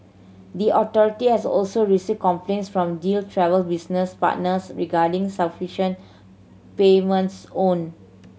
the authority has also received complaints from Deal Travel business partners regarding signification payments owed